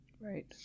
right